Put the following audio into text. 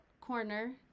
corner